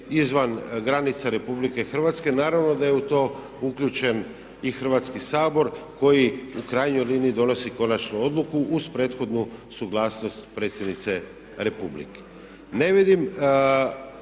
izvan granica Republike Hrvatske. Naravno da je u to uključen i Hrvatski sabor koji u krajnjoj liniji donosi konačnu odluku uz prethodnu suglasnost Predsjednice Republike.